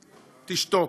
תשתוק.